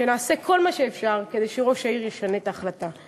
שנעשה כל מה שאפשר כדי שראש העיר ישנה את ההחלטה.